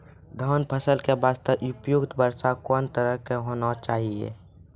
धान फसल के बास्ते उपयुक्त वर्षा कोन तरह के होना चाहियो?